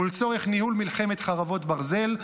ולצורך ניהול מלחמת חרבות ברזל,